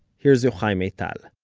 here's yochai maital